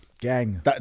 Gang